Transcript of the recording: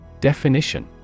DEFINITION